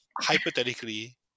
hypothetically